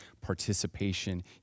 participation